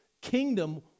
kingdom